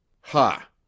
ha